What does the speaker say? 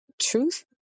truth